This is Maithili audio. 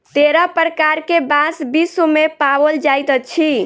तेरह प्रकार के बांस विश्व मे पाओल जाइत अछि